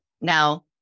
now